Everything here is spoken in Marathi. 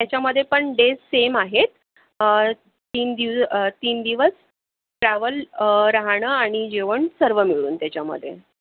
याच्यामध्ये पण डेट सेम आहेत तीन दिव तीन दिवस ट्रॅव्हल राहणं आणि जेवण सर्व मिळून त्याच्यामध्ये